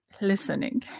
listening